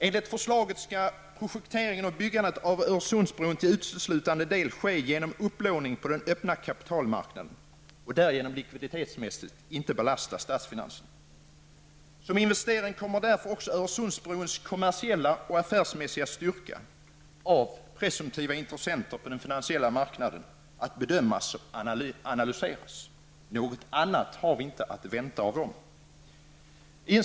Enligt förslaget skall projekteringen och byggandet av Öresundsbron till uteslutande del ske genom upplåning på den öppna kapitalmarknaden och därigenom likviditetsmässigt inte belasta statsfinanserna. Som investering kommer därför också Öresundsbrons kommersiella och affärsmässiga styrka att bedömas och analyseras av presumtiva intressenter på den finansiella marknaden. Något annat har vi inte att vänta av dem.